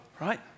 right